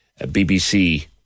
BBC